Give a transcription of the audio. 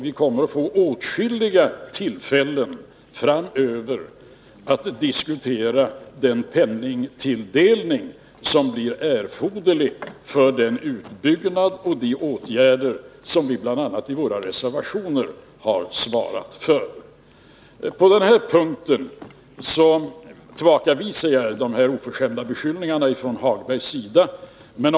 Vi kommer att få åtskilliga tillfällen framöver att diskutera den penningtilldelning som blir erforderlig för den utbyggnad och de åtgärder som vi bl.a. i våra reservationer skisserat. På den punkten tillbakavisar jag alltså de oförskämda beskyllningarna från Lars-Ove Hagberg.